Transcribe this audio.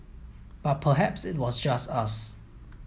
but perhaps it was just us